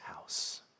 house